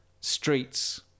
streets